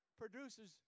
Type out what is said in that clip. produces